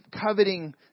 coveting